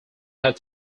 had